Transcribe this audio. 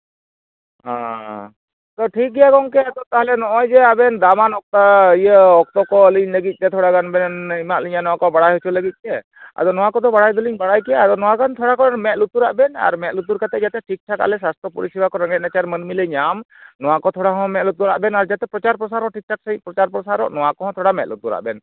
ᱦᱮᱸ ᱟᱫᱚ ᱴᱷᱤᱠᱜᱮᱭᱟ ᱜᱚᱝᱠᱮ ᱟᱫᱚ ᱛᱟᱦᱞᱮ ᱱᱚᱜᱼᱚᱭ ᱡᱮ ᱟᱵᱮᱱ ᱫᱟᱢᱟᱱᱟ ᱚᱠᱛᱚ ᱤᱭᱟᱹ ᱚᱠᱛᱚ ᱠᱚ ᱟᱹᱞᱤᱧ ᱞᱟᱹᱜᱤᱫ ᱛᱮ ᱛᱷᱚᱲᱟ ᱜᱟᱱ ᱵᱮᱱ ᱮᱢᱟᱫ ᱞᱤᱧᱟᱹ ᱱᱚᱣᱟ ᱠᱚ ᱵᱟᱲᱟᱭ ᱦᱚᱪᱚ ᱞᱟᱹᱜᱤᱫ ᱛᱮ ᱟᱫᱚ ᱱᱚᱣᱟ ᱠᱚᱫᱚ ᱵᱟᱲᱟᱭ ᱫᱚᱞᱤᱧ ᱵᱟᱲᱟᱭ ᱜᱮᱭᱟ ᱟᱫᱚ ᱟᱵᱮᱱ ᱛᱷᱚᱲᱟ ᱵᱮᱱ ᱢᱮᱸᱫ ᱞᱩᱛᱩᱨᱟᱜ ᱵᱮᱱ ᱟᱨ ᱢᱮᱸᱫ ᱞᱩᱛᱩᱨ ᱠᱟᱛᱮ ᱡᱟᱛᱮ ᱴᱷᱤᱠᱼᱴᱷᱟᱠ ᱡᱟᱛᱮ ᱟᱞᱮ ᱥᱟᱥᱛᱷᱚ ᱯᱚᱨᱤᱥᱮᱵᱟ ᱠᱚ ᱨᱮᱸᱜᱮᱡ ᱱᱟᱪᱟᱨ ᱢᱟᱹᱱᱢᱤ ᱞᱮ ᱧᱟᱢ ᱱᱚᱣᱟ ᱠᱚ ᱛᱷᱚᱲᱟ ᱦᱚᱸ ᱢᱮᱸᱫ ᱞᱩᱛᱩᱨᱟᱜ ᱵᱮᱱ ᱟᱨ ᱡᱟᱛᱮ ᱯᱨᱚᱪᱟᱨ ᱯᱚᱥᱟᱨ ᱦᱚᱸ ᱴᱷᱤᱠᱼᱴᱷᱟᱠ ᱯᱨᱚᱪᱟᱨ ᱯᱨᱚᱥᱟᱨᱚᱜ ᱱᱚᱣᱟ ᱠᱚᱦᱚᱸ ᱛᱷᱚᱲᱟ ᱢᱮᱸᱫ ᱞᱩᱛᱩᱨᱟᱜ ᱵᱮᱱ